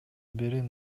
бир